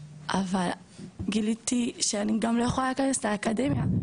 אבל גיליתי שאני גם לא יכולה להיכנס לאקדמיה,